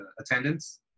attendance